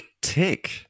Tick